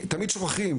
תמיד שוכחים,